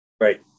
Right